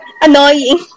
annoying